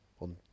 On